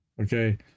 Okay